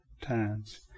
times